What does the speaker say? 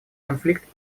конфликт